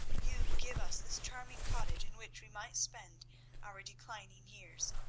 you give us this charming cottage in which we might spend our declining years.